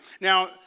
now